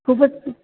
खूपच